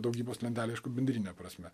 daugybos lentelė aišku bendrine prasme